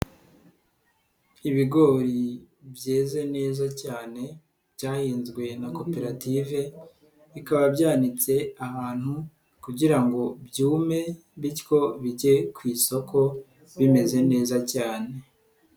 Ibigori byeze neza cyane byahinzwe na koperative bikaba byanitse ahantu kugira ngo byume bityo bige ku isoko bimeze neza cyane.